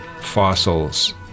fossils